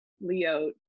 leo